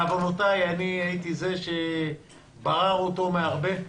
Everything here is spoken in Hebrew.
בעוונותיי אני הייתי זה שברר אותו מתוך רבים.